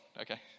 okay